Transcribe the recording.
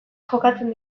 jokatzen